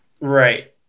right